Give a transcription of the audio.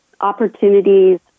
opportunities